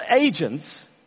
agents